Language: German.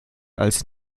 als